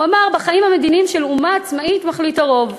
הוא אמר: "בחיים המדיניים של אומה עצמאית מחליט הרוב.